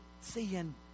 seeing